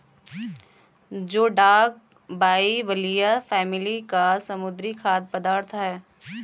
जोडाक बाइबलिया फैमिली का समुद्री खाद्य पदार्थ है